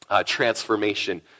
transformation